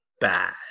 bad